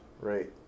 Right